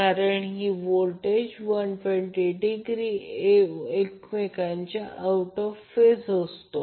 कारण ही व्होल्टेज 120 एकमेकांच्या आऊट ऑफ फेज असतो